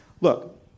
look